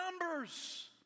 numbers